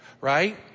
right